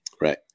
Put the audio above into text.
right